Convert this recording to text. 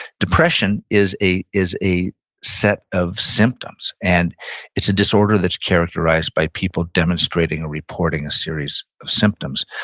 depression is a is a set of symptoms and it's a disorder that's characterized by people demonstrating or reporting a series of symptoms,